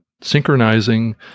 synchronizing